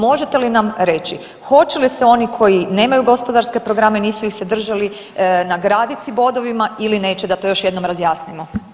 Možete li nam reći hoće li se oni koji nemaju gospodarske programe, nisu ih se držali nagraditi bodovima ili neće da to još jednom razjasnimo?